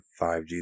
5G